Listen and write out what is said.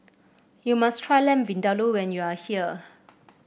you must try Lamb Vindaloo when you are here